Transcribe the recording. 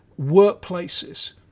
workplaces